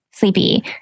sleepy